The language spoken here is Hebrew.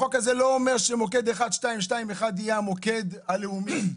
החוק הזה לא אומר שמוקד 1221 יהיה המוקד הלאומי,